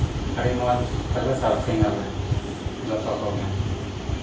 ᱟᱹᱰᱤ ᱢᱚᱡᱽ ᱛᱮᱞᱮ ᱥᱟᱨᱯᱷᱤᱝ ᱟᱞᱮ ᱡᱚᱛᱚ ᱠᱚᱜᱮ